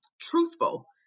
truthful